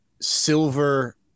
silver